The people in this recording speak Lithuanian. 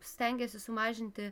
stengiasi sumažinti